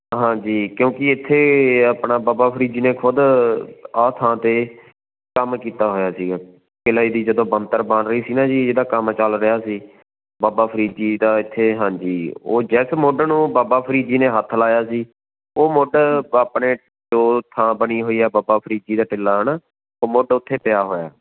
ਹਾਂਜੀ ਕਿਉਂਕਿ ਇੱਥੇ ਆਪਣਾ ਬਾਬਾ ਫ਼ਰੀਦ ਜੀ ਨੇ ਖੁਦ ਆਹ ਥਾਂ 'ਤੇ ਕੰਮ ਕੀਤਾ ਹੋਇਆ ਸੀਗਾ ਟਿੱਲਾ ਜੀ ਦੀ ਜਦੋਂ ਬਣਤਰ ਬਣ ਰਹੀ ਸੀ ਨਾ ਜੀ ਇਹਦਾ ਕੰਮ ਚੱਲ ਰਿਹਾ ਸੀ ਬਾਬਾ ਫ਼ਰੀਦ ਜੀ ਦਾ ਇੱਥੇ ਹਾਂਜੀ ਉਹ ਜਿਸ ਮੁੱਢ ਨੂੰ ਬਾਬਾ ਫ਼ਰੀਦ ਜੀ ਨੇ ਹੱਥ ਲਾਇਆ ਸੀ ਉਹ ਮੁੱਢ ਆਪਣੇ ਦੋ ਥਾਂ ਬਣੀ ਹੋਈ ਹੈ ਬਾਬਾ ਫ਼ਰੀਦ ਜੀ ਦਾ ਟਿੱਲਾ ਹੈ ਨਾ ਉਹ ਮੁੱਢ ਉੱਥੇ ਪਿਆ ਹੋਇਆ